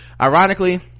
ironically